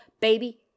Baby